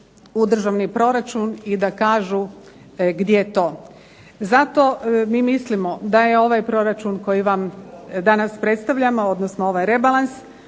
državni proračun i da kažu gdje to. Zato mi mislimo da je ovaj proračun koji vam danas predstavljamo, odnosno ovaj rebalans